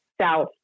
South